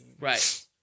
Right